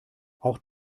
auch